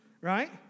right